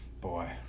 Boy